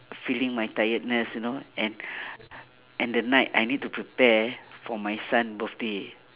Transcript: feeling my tiredness you know and and the night I need to prepare for my son birthday